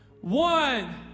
One